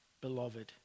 beloved